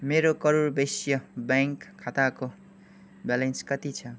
मेरो करुर वैश्य ब्याङ्क खाताको ब्यालेन्स कति छ